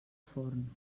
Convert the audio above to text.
forn